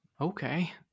okay